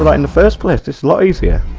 like and the first place dysplasia